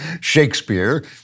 Shakespeare